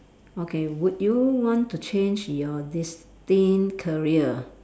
okay would you want to change your destined career